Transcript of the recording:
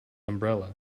umbrella